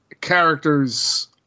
characters